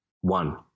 One